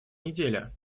неделе